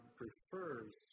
prefers